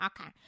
Okay